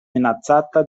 minacata